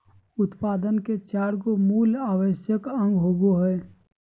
उत्पादन के चार गो मूल आवश्यक अंग होबो हइ